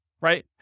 Right